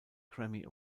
grammy